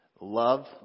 love